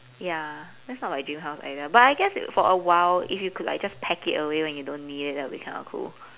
ya that's not my dream house either but I guess if for awhile if you could like just pack it away when you don't need it that will be kind of cool